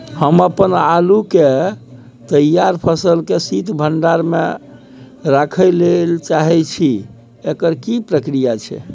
हम अपन आलू के तैयार फसल के शीत भंडार में रखै लेल चाहे छी, एकर की प्रक्रिया छै?